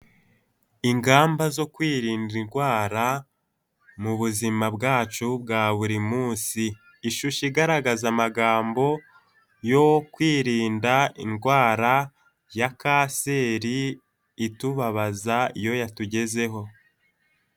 Ingamba zo kwirinda indwara mu buzima bwacu bwa buri munsi ishusho igaragaza amagambo yo kwirinda indwara ya kanseri itubabaza iyo yatugezeho.